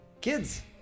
Kids